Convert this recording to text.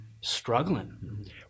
struggling